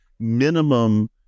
Minimum